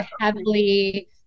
heavily